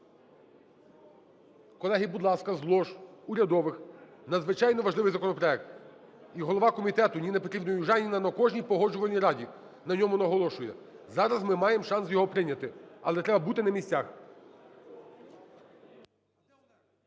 Колеги, будь ласка, з лож урядових, надзвичайно важливий законопроект. І голова комітету Ніна ПетрівнаЮжаніна на кожній Погоджувальній раді на ньому наголошує, зараз ми маємо шанс його прийняти, але треба бути на місцях.